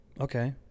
Okay